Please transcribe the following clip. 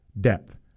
depth